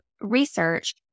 research